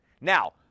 Now